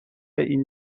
این